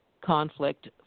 conflict